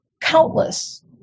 countless